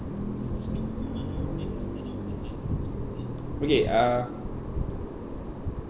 okay uh